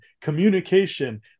communication